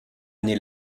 année